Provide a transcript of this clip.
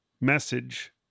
message